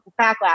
backlash